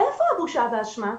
מאיפה הבושה והאשמה?